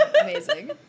Amazing